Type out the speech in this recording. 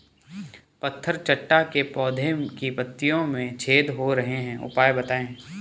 पत्थर चट्टा के पौधें की पत्तियों में छेद हो रहे हैं उपाय बताएं?